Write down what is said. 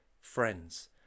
friends